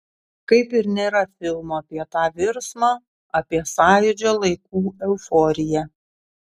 kaip ir nėra filmo apie tą virsmą apie sąjūdžio laikų euforiją